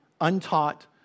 untaught